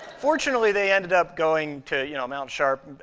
fortunately, they ended up going to, you know, mount sharp,